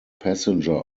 passenger